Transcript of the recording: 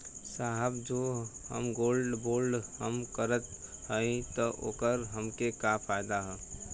साहब जो हम गोल्ड बोंड हम करत हई त ओकर हमके का फायदा ह?